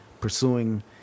pursuing